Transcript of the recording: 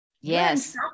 Yes